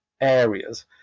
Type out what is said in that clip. areas